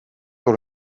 door